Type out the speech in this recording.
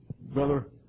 Brother